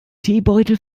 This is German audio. teebeutel